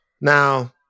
now